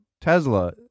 Tesla